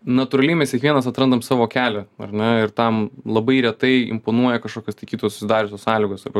natūraliai mes kiekvienas atrandam savo kelią ar ne ir tam labai retai imponuoja kažkokios tai kitos susidariusios sąlygos arba